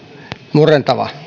murentava